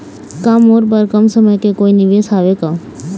का मोर बर कम समय के कोई निवेश हावे का?